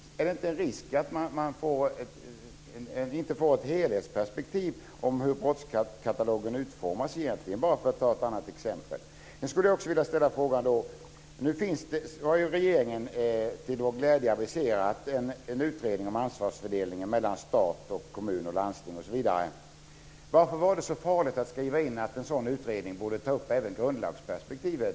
Är det inte en risk att man inte får ett helhetsperspektiv om hur brottskatalogen utformas, bara för att ta ett exempel? Jag vill också ställa en annan fråga. Nu har regeringen till vår glädje aviserat en utredning om ansvarsfördelningen mellan stat, kommun och landsting osv. Varför var det så farligt att skriva in att en sådan utredning borde ta upp även grundlagsperspektivet,